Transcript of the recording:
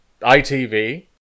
ITV